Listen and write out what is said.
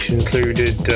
included